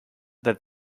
that